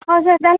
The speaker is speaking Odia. ହଉ ସାର୍ ତାହେଲେ